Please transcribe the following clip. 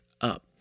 up